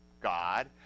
God